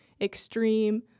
extreme